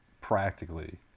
practically